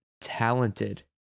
talented